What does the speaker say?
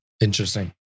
Interesting